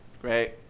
great